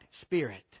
spirit